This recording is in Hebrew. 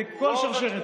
כבוד השר,